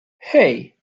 hey